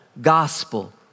gospel